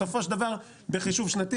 בסופו של דבר בחישוב שנתי,